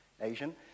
Asian